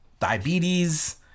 diabetes